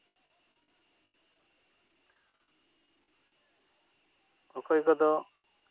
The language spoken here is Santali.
ᱚᱠᱚᱭ ᱠᱚᱫᱚ